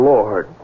Lord